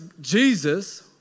Jesus